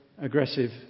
aggressive